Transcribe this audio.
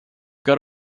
got